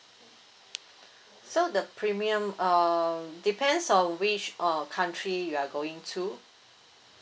so the premium um depends on which uh country you are going to